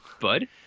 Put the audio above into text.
bud